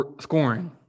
scoring